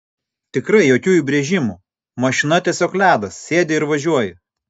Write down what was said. tikrai jokių įbrėžimų mašina tiesiog ledas sėdi ir važiuoji